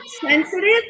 sensitive